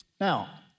Now